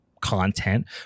content